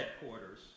headquarters